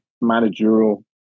managerial